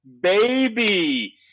baby